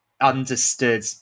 understood